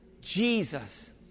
Jesus